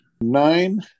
nine